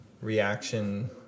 reaction